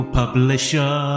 publisher